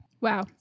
Wow